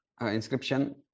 inscription